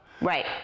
right